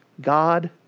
God